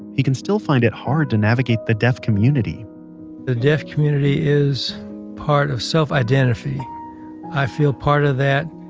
he can still find it hard to navigate the deaf community the deaf community is part of self-identity. i feel part of that,